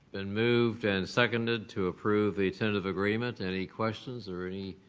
been moved and seconded to approve the tentative agreement. any questions or any